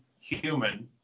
human